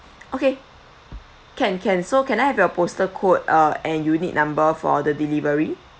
okay can can so can I have your postal code uh and unit number for the delivery